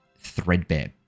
threadbare